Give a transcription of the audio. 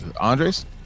Andres